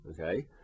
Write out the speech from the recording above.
okay